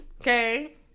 okay